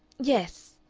yes,